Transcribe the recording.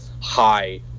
high